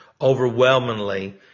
overwhelmingly